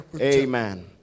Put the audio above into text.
Amen